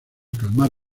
calmar